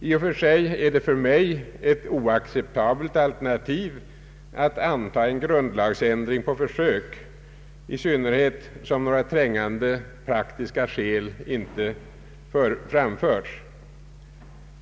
I och för sig är det för mig ett oacceptabelt alternativ att anta en grundlagsändring på försök, i synnerhet som några trängande praktiska skäl inte framförts.